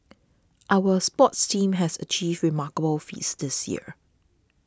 our sports teams has achieved remarkable feats this year